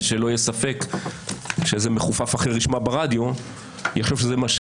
שלא יהיה ספק שמי ששמע את זה, יחשוב שזה מה שהיה.